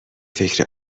فکر